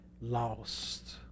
lost